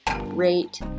rate